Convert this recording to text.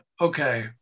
okay